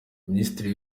minisitiri